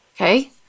okay